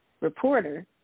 reporter